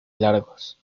largos